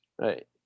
right